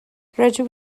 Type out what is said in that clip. rydw